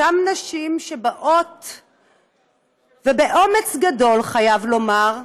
אותן נשים שבאומץ גדול, חייבים לומר,